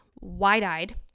wide-eyed